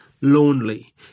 lonely